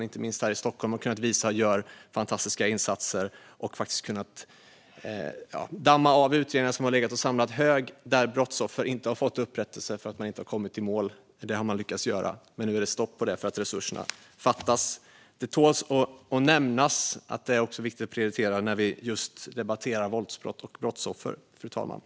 Inte minst här i Stockholm har man kunnat visa att de gör fantastiska insatser och har kunnat damma av utredningar som har legat på hög och där brottsoffer inte har fått upprättelse eftersom man inte har kommit i mål. Det har man lyckats göra, men nu är det stopp för det eftersom resurserna fattas. Detta tål att nämnas och är viktigt att prioritera när vi debatterar våldsbrott och brottsoffer, fru talman.